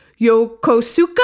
Yokosuka